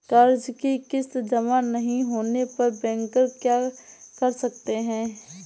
कर्ज कि किश्त जमा नहीं होने पर बैंकर क्या कर सकते हैं?